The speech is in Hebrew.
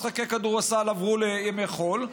משחקי כדורסל עברו לימי חול,